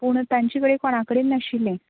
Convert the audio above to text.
पूण तांचे कडेन कोणा कडेन नाशिल्लें